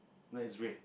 know is red